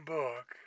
book